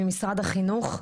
אורנה קרשטיין ממשרד החינוך,